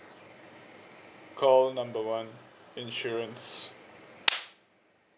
call number one insurance